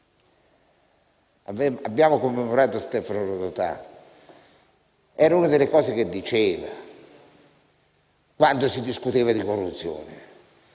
abbiamo commemorato Stefano Rodotà. Era una delle cose che diceva quando si discuteva di corruzione,